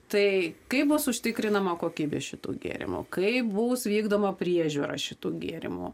tai kaip bus užtikrinama kokybė šitų gėrimų kaip bus vykdoma priežiūra šitų gėrimų